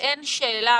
אין שאלה